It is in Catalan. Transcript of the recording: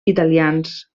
italians